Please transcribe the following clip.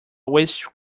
always